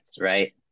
right